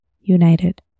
united